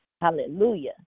Hallelujah